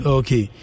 okay